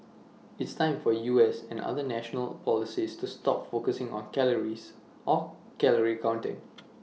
it's time for U S and other national policies to stop focusing on calories or calorie counting